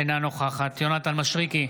אינה נוכחת יונתן מישרקי,